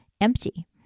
empty